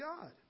God